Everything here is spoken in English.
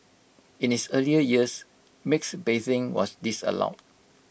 in its earlier years mixed bathing was disallowed